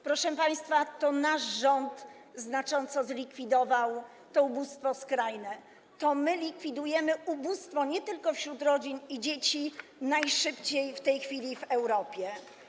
Proszę państwa, to nasz rząd znacząco zlikwidował to skrajne ubóstwo, to my likwidujemy ubóstwo, nie tylko wśród rodzin i dzieci, najszybciej w tej chwili w Europie.